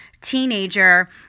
teenager